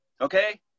Okay